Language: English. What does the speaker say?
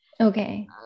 okay